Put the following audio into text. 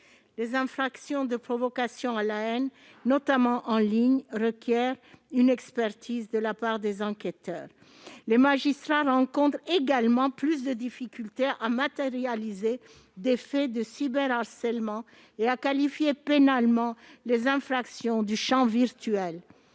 Les infractions de provocation à la haine, notamment en ligne, requièrent une expertise de la part des enquêteurs. Les magistrats rencontrent également plus de difficultés à matérialiser des faits de cyberharcèlement et à qualifier pénalement les infractions du champ virtuel.